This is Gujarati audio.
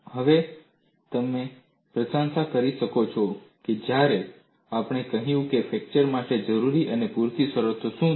અને હવે તમે પ્રશંસા કરી શકો છો જ્યારે આપણે કહ્યું કે ફ્રેક્ચર માટે જરૂરી અને પૂરતી શરતો શું છે